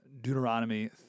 Deuteronomy